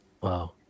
Wow